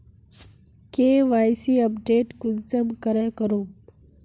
KYC update कुंसम करे करूम?